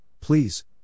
please